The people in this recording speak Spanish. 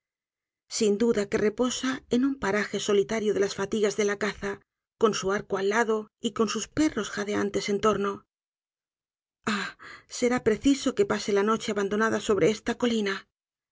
sin duda que reposa en un paraje solitario de las fatigas de la caza con su arco al lado y con sus perros jadeantes en torno ah será preciso que pase la noche abandonada sobre esta colina